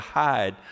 hide